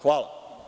Hvala.